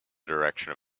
direction